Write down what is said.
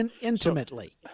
Intimately